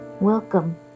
welcome